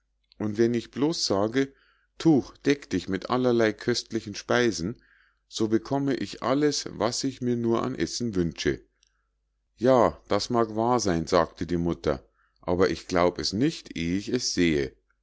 und wenn ich bloß sage tuch deck dich mit allerlei köstlichen speisen so bekomme ich alles was ich mir nur an essen wünsche ja das mag wahr sein sagte die mutter aber ich glaub es nicht eh ich es sehe